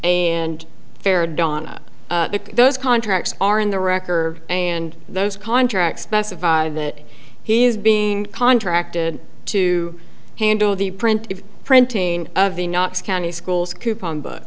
and fair donna those contracts are in the record and those contracts specify that he is being contracted to handle the print printing of the knox county schools coupon b